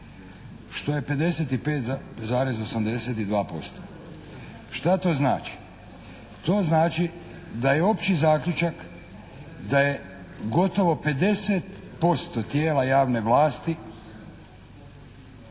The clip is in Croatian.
što je 55,82%. Šta to znači? To znači da je opći zaključak da je gotovo 50% tijela javne vlasti